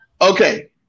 Okay